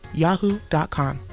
yahoo.com